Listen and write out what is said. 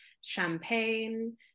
champagne